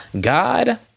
God